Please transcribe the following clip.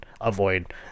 avoid